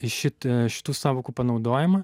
į šitą šitų sąvokų panaudojimą